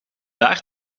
daar